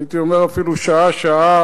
הייתי אומר אפילו שעה-שעה,